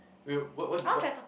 will what what what